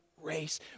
race